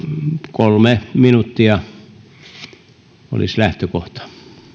kolme minuuttia olisi lähtökohta